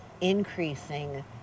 increasing